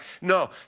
No